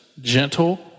Gentle